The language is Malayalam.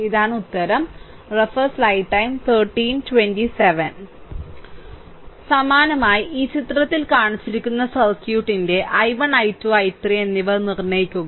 ഇതാണ് ഉത്തരം സമാനമായി ഈ ചിത്രത്തിൽ കാണിച്ചിരിക്കുന്ന സർക്യൂട്ടിന്റെ i1 i2 i3 എന്നിവ നിർണ്ണയിക്കുക